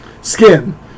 Skin